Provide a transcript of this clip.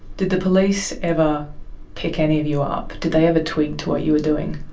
did the police ever pick any of you up, did they ever twig to what you were doing?